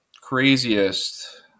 craziest